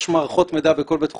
יש מערכות מידע בכל בית חולים,